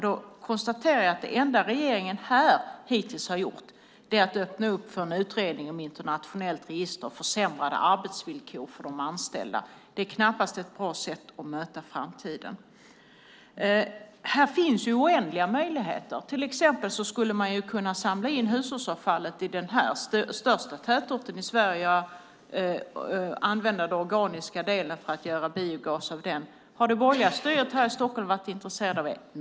Då konstaterar jag att det enda som regeringen här hittills har gjort är att öppna för en utredning om internationellt register och försämrade arbetsvillkor för de anställda. Det är knappast ett bra sätt att möta framtiden. Här finns oändliga möjligheter. Man skulle till exempel kunna samla in hushållsavfallet i den största tätorten i Sverige, i Stockholm, och använda den organiska delen för att göra biogas av den. Har det borgerliga styret här i Stockholm varit intresserat av det?